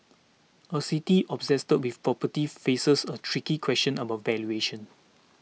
a city obsessed with property faces a tricky question about valuation